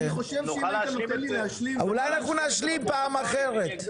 אולי אנחנו נשלים את זה בפעם אחרת.